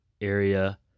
area